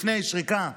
לפני השריקה לסיום,